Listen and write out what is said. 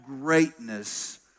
greatness